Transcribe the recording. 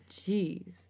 Jeez